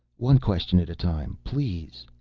one question at a time, please.